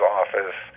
office